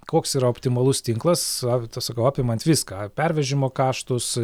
koks yra optimalus tinklas va tą sakau apimant viską pervežimo kaštus